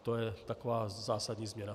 To je taková zásadní změna.